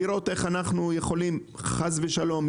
לראות איך אנחנו יכולים חס ושלום,